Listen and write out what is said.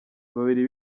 babiri